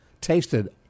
tasted